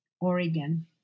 Oregon